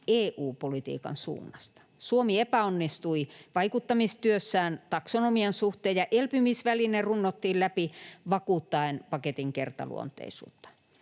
EU-politiikan suunnasta. Suomi epäonnistui vaikuttamistyössään taksonomian suhteen, ja elpymisväline runnottiin läpi vakuuttaen paketin kertaluonteisuutta.